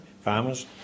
farmers